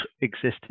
existing